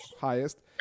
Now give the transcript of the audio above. highest